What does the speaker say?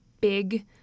big